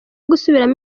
gusubiramo